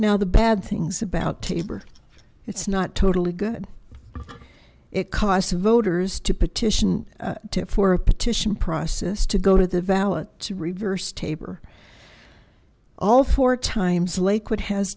now the bad things about to aber it's not totally good it costs voters to petition for a petition process to go to the valid to reverse taber all four times lakewood has